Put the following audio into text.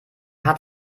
hat